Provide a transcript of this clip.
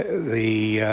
the